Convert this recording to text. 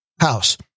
house